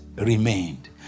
remained